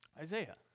Isaiah